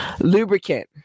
Lubricant